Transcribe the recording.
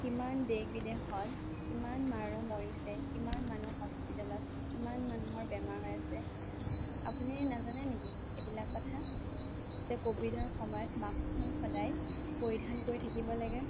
কিমান দেশ বিদেশত কিমান মানুহ মৰিছে কিমান মানুহ হস্পিটেলত কিমান মানুহৰ বেমাৰ হৈ আছে আপুনি নাজানে নেকি এইবিলাক কথা যে কভিডৰ সময়ত মাস্কখন সদাই পৰিধান কৰি থাকিব লাগে